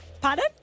Pardon